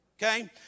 Okay